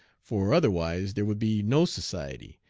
for otherwise there would be no society,